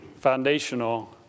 foundational